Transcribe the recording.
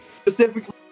specifically